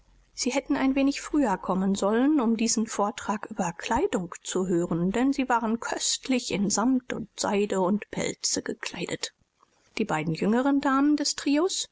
sie hätten ein wenig früher kommen sollen um diesen vortrag über kleidung zu hören denn sie waren köstlich in samt und seide und pelze gekleidet die beiden jüngeren damen des